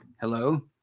hello